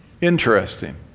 interesting